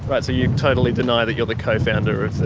but you totally deny that you're the co-founder of.